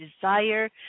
desire